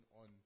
on